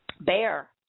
bear